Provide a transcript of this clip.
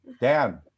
Dan